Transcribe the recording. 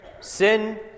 Sin